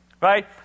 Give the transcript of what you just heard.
right